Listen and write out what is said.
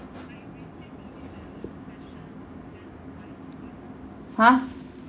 !huh!